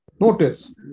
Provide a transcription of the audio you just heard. Notice